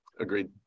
Agreed